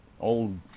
old